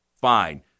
fine